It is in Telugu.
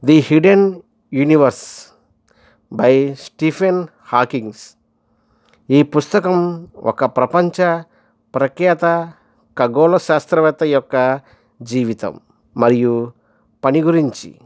the hidden universe by Stephen Hawking's ఈ పుస్తకం ఒక ప్రపంచ ప్రఖ్యాత ఖగోళ శాస్త్రవేత్త యొక్క జీవితం మరియు పని గురించి